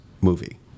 movie